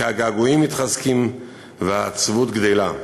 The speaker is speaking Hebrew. כי הגעגועים מתחזקים והעצבות גדלה.